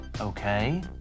Okay